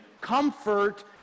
comfort